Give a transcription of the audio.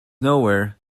nowhere